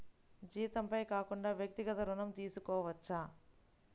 జీతంపై కాకుండా వ్యక్తిగత ఋణం తీసుకోవచ్చా?